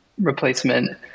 replacement